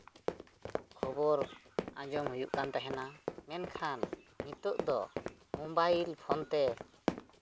ᱠᱷᱚᱵᱚᱨ ᱟᱸᱡᱚᱢ ᱦᱩᱭᱩᱜ ᱠᱟᱱ ᱛᱟᱦᱮᱱᱟ ᱢᱮᱱᱠᱷᱟᱱ ᱱᱤᱛᱚᱜ ᱫᱚ ᱢᱳᱵᱟᱭᱤᱞ ᱯᱷᱳᱱ ᱛᱮ